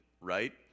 right